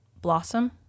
blossom